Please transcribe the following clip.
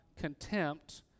contempt